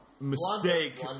mistake